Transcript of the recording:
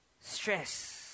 stress